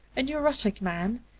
a neurotic man,